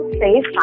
safe